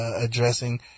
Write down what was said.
addressing